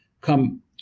come